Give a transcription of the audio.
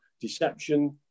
deception